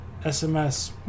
SMS